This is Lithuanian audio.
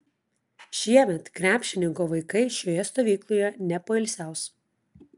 šiemet krepšininko vaikai šioje stovykloje nepoilsiaus